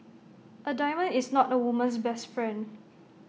A diamond is not A woman's best friend